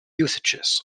usages